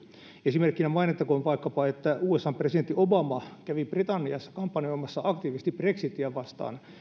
esimerkkinä mainittakoon vaikkapa että usan presidentti obama kävi britanniassa kampanjoimassa aktiivisesti brexitiä vastaan